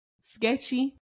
sketchy